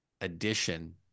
addition